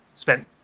Spent